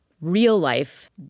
real-life